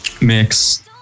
mix